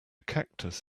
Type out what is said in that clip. cactus